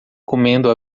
comendo